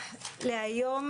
בעניין שעוסקים בו היום,